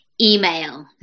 Email